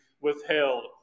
withheld